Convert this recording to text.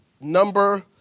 number